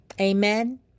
Amen